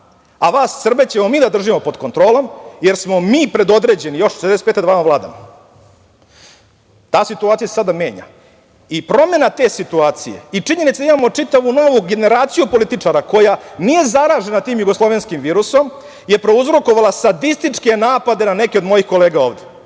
a vas Srbe ćemo mi da držimo pod kontrolom, jer smo mi predodređeni, još od 1975. da vama vladamo. Ta situacija se sada menja i promena te situacije i činjenice da imamo čitavu novu generaciju političara koja nije zaražena tim jugoslovenskim virusom, je prouzrokovala sadističke napade na neke od mojih kolega ovde,